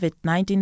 COVID-19